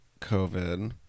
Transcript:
COVID